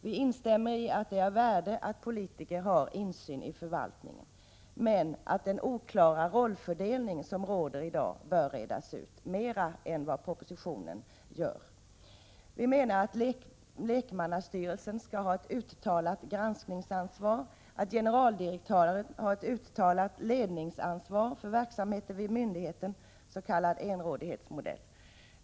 Vi instämmer i att det är av värde att politiker har insyn i förvaltningen. Den oklara rollfördelning som råder i dag bör dock utredas mera än vad propositionen har gjort. Vi menar att lekmannastyrelsen skall ha ett uttalat granskningsansvar och att generaldirektören skall ha ett uttalat ledningsansvar för verksamheten vid myndigheten, s.k. enrådighetsmodell.